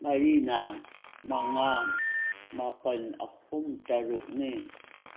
ꯃꯔꯤꯅ ꯃꯉꯥ ꯃꯥꯄꯜ ꯑꯍꯨꯝ ꯇꯔꯨꯛꯅꯤ